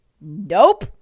Nope